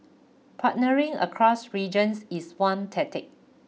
partnering across regions is one tactic